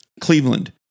Cleveland